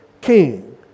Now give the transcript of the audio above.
king